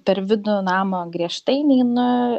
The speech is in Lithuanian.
per vidų namo griežtai neinu